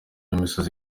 imisozi